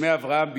בהסכמי אברהם,